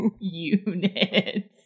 Units